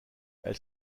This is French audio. elle